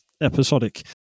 episodic